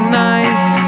nice